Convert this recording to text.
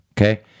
Okay